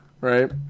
Right